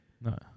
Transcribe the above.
No